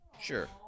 Sure